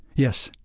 yes.